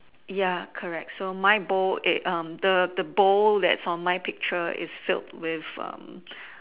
ya correct so my bowl eh um the the bowl that's on my picture is filled with um